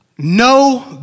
No